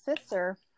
sister